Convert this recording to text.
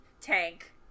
tank